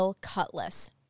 Cutlass